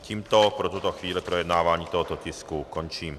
Tímto pro tuto chvíli projednávání tohoto tisku končím.